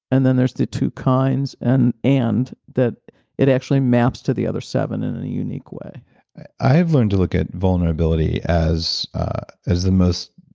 and then there's the two kinds and and that it actually maps to the other seven in a unique way i have learned to look at vulnerability as as the most,